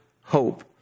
hope